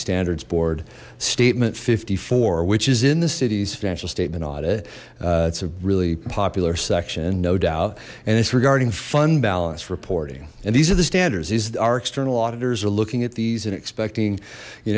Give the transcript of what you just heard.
standards board statement fifty four which is in the city's financial statement audit it's a really popular section no doubt and it's regarding fun balanced reporting and these are the standards these are external auditors are looking at these and expecting you